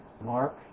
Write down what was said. Mark